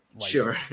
sure